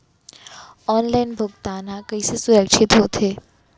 Online भुगतान हा कइसे सुरक्षित होथे?